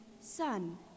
Son